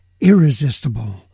irresistible